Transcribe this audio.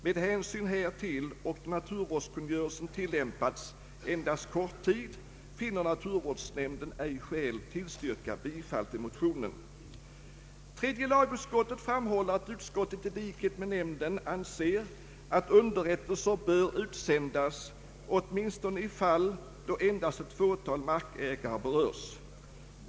”Med hänsyn härtill och då naturvårdskungörelsen tillämpats endast kort tid finner naturvårdsnämnden ej skäl tillstyrka bifall till motionen.” Tredje lagutskottet framhåller, att utskottet i likhet med nämnden anser att underrättelser bör utsändas åtminstone i fall då endast ett fåtal markägare berörs.